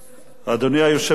אדוני היושב-ראש,